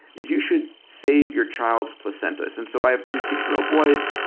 is you should save your child's placentas. and so i have two six-year-old boys.